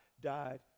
died